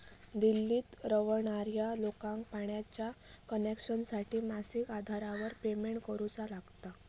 दिल्लीत रव्हणार्या लोकांका पाण्याच्या कनेक्शनसाठी मासिक आधारावर पेमेंट करुचा लागता